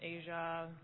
Asia